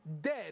dead